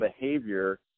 behavior